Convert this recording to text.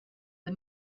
the